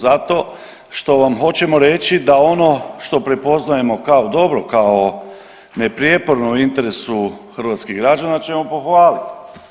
Zato što vam hoćemo reći da ono što prepoznajemo kao dobro, kao neprijeporno u interesu hrvatskih građana ćemo pohvalit.